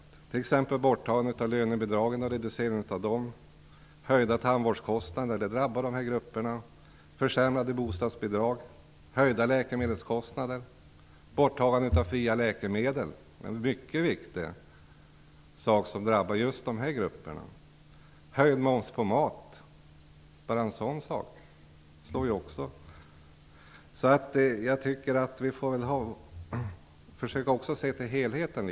Det gäller t.ex. reduceringen och borttagandet av lönebidragen, höjda tandvårdskostnader, som drabbar dessa grupper, försämrade bostadsbidrag, höjda läkemedelskostnader och borttagande av fria läkemedel, som är en mycket väsentlig försämring; för att inte tala om höjningen av momsen på mat. Man får också försöka se till helheten.